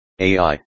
AI